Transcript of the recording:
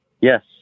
Yes